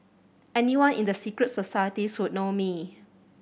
anyone in the secret societies would know me